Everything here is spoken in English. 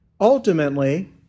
Ultimately